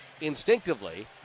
instinctively